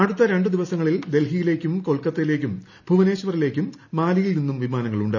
അടുത്ത രണ്ട് ദിവസങ്ങളിൽ ഡൽഹിയിലേക്കും കൊൽക്കത്തയിലേക്കും ഭുവനേശ്വറിലേക്കും മാലിയിൽ നിന്ന് വിമാനങ്ങൾ ഉണ്ട്